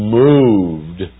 moved